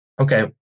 okay